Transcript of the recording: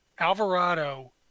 Alvarado